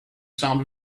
sound